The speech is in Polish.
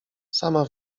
sama